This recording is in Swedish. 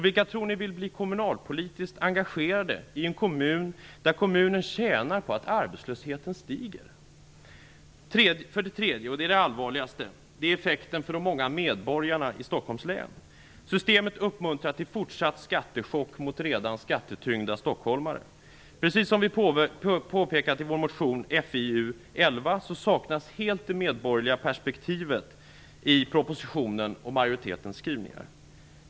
Vilka tror ni vill bli kommunalpolitiskt engagerade i en kommun där man tjänar på att arbetslösheten stiger? För det tredje, och det är det allvarligaste, är det effekterna för de många medborgarna i Stockholms län. Systemet uppmuntrar till fortsatt skattechock mot redan skattetyngda stockholmare. Precis som vi påpekat i vår motion FiU11 saknas helt det medborgerliga perspektivet i propositionen och i majoritetens skrivningar.